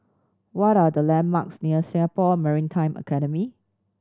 what are the landmarks near Singapore Maritime Academy